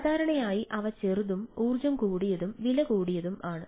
സാധാരണയായി അവ ചെറുതും ഊർജ്ജം കൂടിയതും വിലകൂടിയതും ആണ്